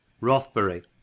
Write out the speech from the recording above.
Rothbury